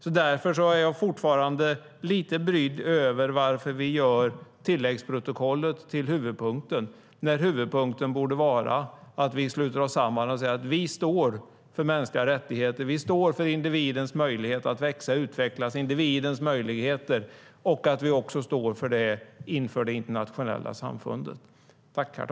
Jag är därför fortfarande lite brydd över varför vi gör tilläggsprotokollet till huvudpunkten när huvudpunkten borde vara att vi sluter oss samman och säger att vi står för mänskliga rättigheter och individens möjlighet att växa och utvecklas och att vi också står för det i det internationella samfundet.